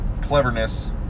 cleverness